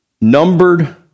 numbered